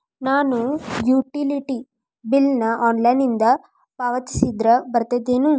ನಾನು utility bill ನ ಆನ್ಲೈನಿಂದ ಪಾವತಿಸಿದ್ರ ಬರ್ತದೇನು?